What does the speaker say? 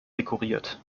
dekoriert